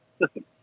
Listen